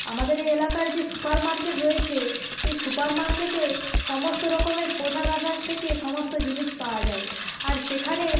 আমাদের এই এলাকার যে সুপার মার্কেট রয়েছে সেই সুপার মার্কেটে সমস্ত রকমের পোশাক আশাক থেকে সমস্ত জিনিস পাওয়া যায় আর সেখানে